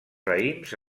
raïms